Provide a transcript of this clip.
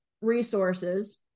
resources